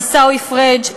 עיסאווי פריג',